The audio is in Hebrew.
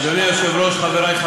אדוני היושב-ראש, רק שלא תקבל התקף לב.